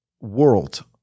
world